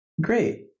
great